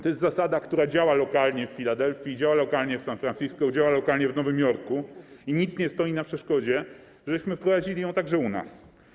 To jest zasada, która działa lokalnie w Filadelfii, działa lokalnie w San Francisco, działa lokalnie w Nowym Jorku, i nic nie stoi na przeszkodzie, żebyśmy wprowadzili ją także u nas.